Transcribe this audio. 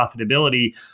profitability